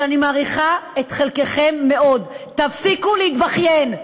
ואני מעריכה את חלקכם מאוד: תפסיקו להתבכיין.